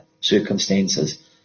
circumstances